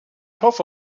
hoffe